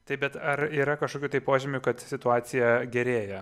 taip bet ar yra kažkokių tai požymių kad situacija gerėja